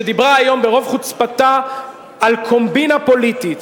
שדיברה היום ברוב חוצפתה על קומבינה פוליטית.